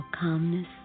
calmness